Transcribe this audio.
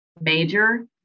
major